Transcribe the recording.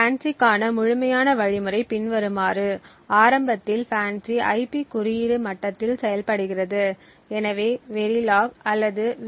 FANCI க்கான முழுமையான வழிமுறை பின்வருமாறு ஆரம்பத்தில் FANCI ஐபி குறியீடு மட்டத்தில் செயல்படுகிறது எனவே வெரிலாக் அல்லது வி